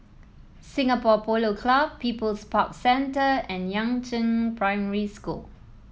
Singapore Polo Club People's Park Centre and Yangzheng Primary School